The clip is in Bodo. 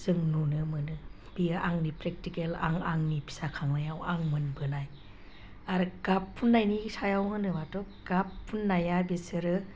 जों नुनो मोनो बेयो आंनि प्रेक्टिकेल आं आंनि फिसा खांनायाव आं मोनबोनाय आरो गाब फुननायनि सायाव होनोब्लाथ' गाब फुननाया बेसोरो